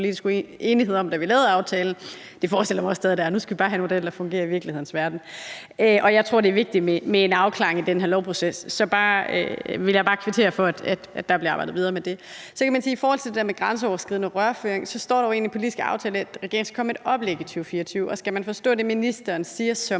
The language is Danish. politisk enighed om, da vi lavede aftalen. Det forestiller jeg mig også at der stadig er; nu skal vi bare have en model, der fungerer i virkelighedens verden. Jeg tror, at det er vigtigt med en afklaring i den her lovproces, så jeg vil bare kvittere for, at der bliver arbejdet videre med det. I forhold til det der med grænseoverskridende rørføring står der jo egentlig i den politiske aftale, at regeringen skal komme med et oplæg i 2024. Skal man forstå det, ministeren siger, som